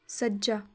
ਸੱਜਾ